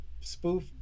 spoof